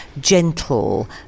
gentle